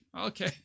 okay